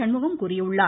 சண்முகம் கூறியுள்ளார்